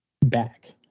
back